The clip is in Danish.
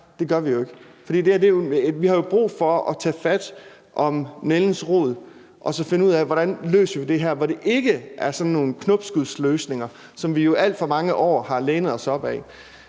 det gør vi jo ikke. For vi har brug for at tage fat om nældens rod for at finde ud af, hvordan vi løser det her på en måde, hvor det ikke bliver sådan nogle knopskudsløsninger, som vi jo i alt for mange år har lænet os op ad.